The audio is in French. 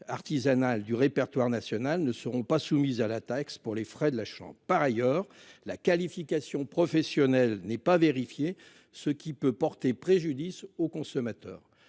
artisanale du répertoire national ne seront pas soumises à la taxe pour les frais de la chance. Par ailleurs la qualification professionnelle n'est pas vérifié ce qui peut porter préjudice aux consommateurs